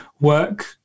work